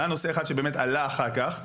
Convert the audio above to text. היה נושא אחד שבאמת עלה אחר כך.